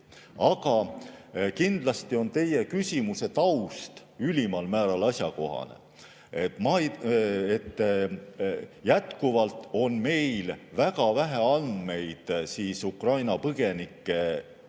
Aga kindlasti on teie küsimuse taust ülimal määral asjakohane. Jätkuvalt on meil väga vähe andmeid Ukraina põgenike kohta.